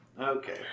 Okay